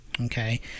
Okay